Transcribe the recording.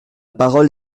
parole